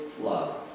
love